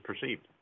perceived